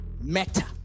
matter